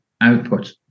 output